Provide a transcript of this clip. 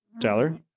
Tyler